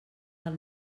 del